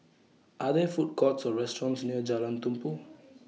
Are There Food Courts Or restaurants near Jalan Tumpu